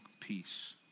peace